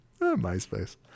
MySpace